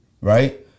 right